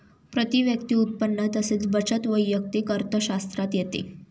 प्रती व्यक्ती उत्पन्न तसेच बचत वैयक्तिक अर्थशास्त्रात येते